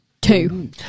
two